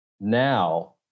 now